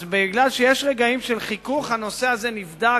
אז מכיוון שיש רגעים של חיכוך הנושא הזה נבדק,